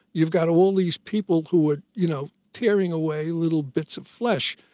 you've got all these people who are, you know, tearing away little bits of flesh.